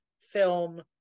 film